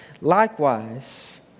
Likewise